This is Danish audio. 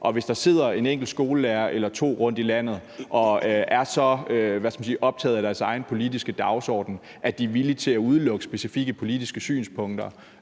Og hvis der sidder en enkelt skolelærer eller to rundt i landet og er så, hvad skal man sige, optaget af deres egen politiske dagsorden, at de er villige til at udelukke specifikke politiske synspunkter